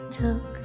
took